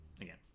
again